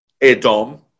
Edom